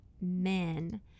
men